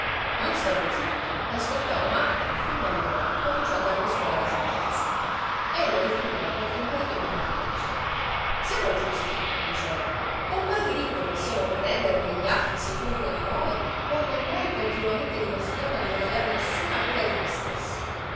io stavo zitto e ascoltavo marta che fin d'allora cominciò a darmi scuola di saggezza ella difendeva contro il marito i miei carnefici siamo giusti diceva con qual diritto possiamo pretendere che gli altri si curino di noi quando noi continuamente dimostriamo di non aver nessuna cura di noi stessi